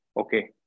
okay